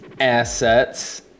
assets